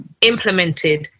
implemented